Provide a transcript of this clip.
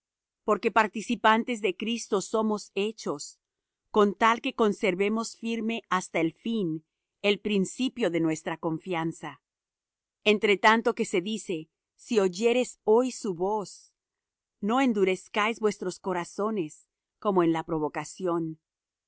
porque participantes de cristo somos hechos con tal que conservemos firme hasta el fin el principio de nuestra confianza entre tanto que se dice si oyereis hoy su voz no endurezcáis vuestros corazones como en la provocación